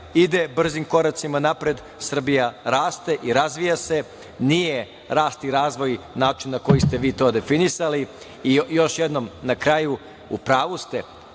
ide brzim koracima napred, Srbija raste i razvija se. Nije rast i razvoj način na koji ste vi to definisali. Još jednom, na kraju, u pravu ste,